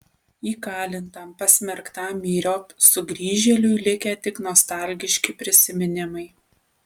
įkalintam pasmerktam myriop sugrįžėliui likę tik nostalgiški prisiminimai